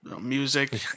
music